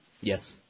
Yes